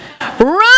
run